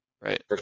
right